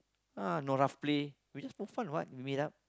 ah no rough play we just for fun what